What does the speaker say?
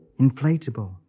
inflatable